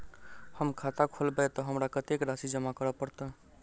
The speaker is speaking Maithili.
हम खाता खोलेबै तऽ हमरा कत्तेक राशि जमा करऽ पड़त?